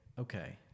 okay